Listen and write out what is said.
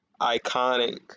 Iconic